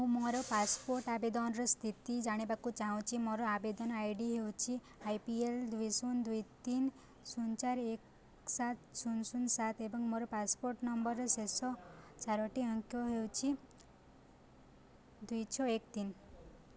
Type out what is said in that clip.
ମୁଁ ମୋର ପାସପୋର୍ଟ ଆବେଦନର ସ୍ଥିତି ଜାଣିବାକୁ ଚାହୁଁଛି ମୋର ଆବେଦନ ଆଇ ଡ଼ି ହେଉଛି ଆଇ ପି ଏଲ୍ ଦୁଇ ଶୂନ ଦୁଇ ତିନି ଶୂନ ଚାରି ଏକ ସାତ ଶୂନ ଶୂନ ସାତ ଏବଂ ମୋର ପାସପୋର୍ଟ ନମ୍ବରର ଶେଷ ଚାରୋଟି ଅଙ୍କ ହେଉଛି ଦୁଇ ଛଅ ଏକ ତିନି